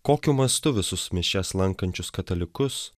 kokiu mastu visus mišias lankančius katalikus